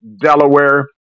Delaware